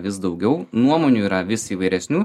vis daugiau nuomonių yra vis įvairesnių